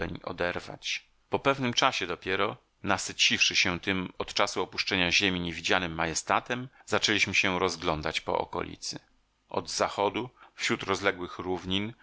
oderwać po pewnym czasie dopiero nasyciwszy się tym od czasu opuszczenia ziemi niewidzianym majestatem zaczęliśmy się rozglądać po okolicy od zachodu wśród rozległych równin